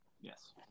Yes